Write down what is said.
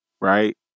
right